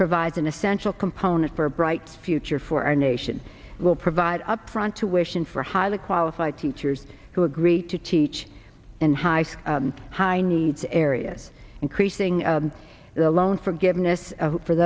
provides an essential component for a bright future for our nation will provide up front to wishing for highly qualified teachers who agreed to teach in high school high needs areas increasing the loan forgiveness for